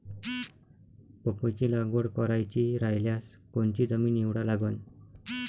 पपईची लागवड करायची रायल्यास कोनची जमीन निवडा लागन?